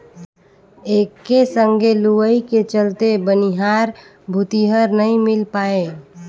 एके संघे लुवई के चलते बनिहार भूतीहर नई मिल पाये